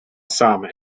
some